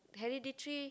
hereditary